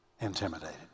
intimidated